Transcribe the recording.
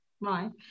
Right